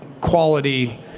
quality